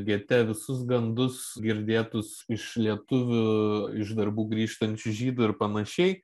gete visus gandus girdėtus iš lietuvių iš darbų grįžtančių žydų ir panašiai